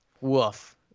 Woof